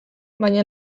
baina